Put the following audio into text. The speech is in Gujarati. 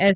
એસ